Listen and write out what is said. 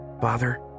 father